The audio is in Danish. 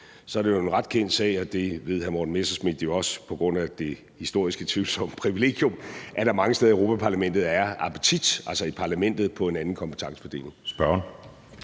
Så er det jo en ret kendt sag, og det ved hr. Morten Messerschmidt jo også på grund af det tvivlsomme privilegium, han historisk har haft, at der mange steder i Europa-Parlamentet er en appetit på en anden kompetencefordeling.